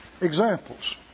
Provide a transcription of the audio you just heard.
examples